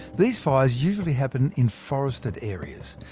these fires usually happen in forested areas,